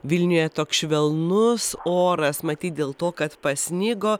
vilniuje toks švelnus oras matyt dėl to kad pasnigo